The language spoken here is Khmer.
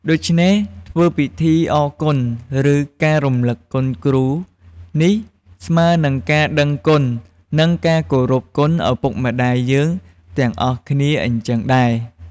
ដូច្នេះធ្វើពិធីគរុគុណ ឬ ការរំលឹកគុណគ្រូនេះស្មើរ និងការដឹងគុណនិងការគោរពគុណឪពុកម្តាយយើងទាំងអស់គ្នាអញ្ចឹងដែរ។